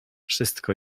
wszystko